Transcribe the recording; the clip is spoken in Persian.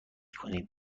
کنیم